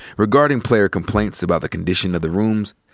regarding player complaints about the condition of the rooms,